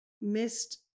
missed